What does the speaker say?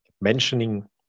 mentioning